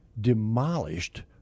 demolished